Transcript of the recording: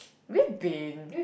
we've been